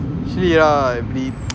actually yeah we